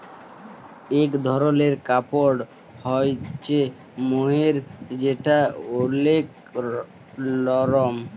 ইক ধরলের কাপড় হ্য়চে মহের যেটা ওলেক লরম